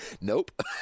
Nope